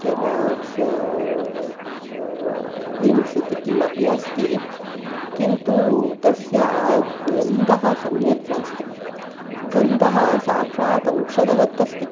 Kellogg's rings इति किमपि अस्ति किन्तु तस्य गन्धः गन्धः सम्यक् नास्ति गन्धः साक्षात् औषधवतस्ति